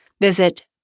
Visit